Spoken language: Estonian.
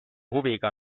huviga